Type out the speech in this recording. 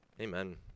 Amen